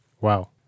Wow